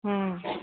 ହଁ